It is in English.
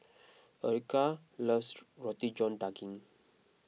Erykah loves Roti John Daging